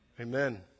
Amen